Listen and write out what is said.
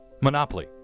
Monopoly